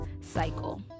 cycle